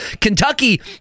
Kentucky